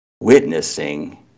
witnessing